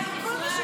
למה לא?